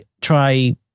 try